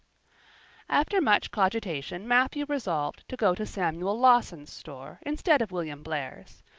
after much cogitation matthew resolved to go to samuel lawson's store instead of william blair's.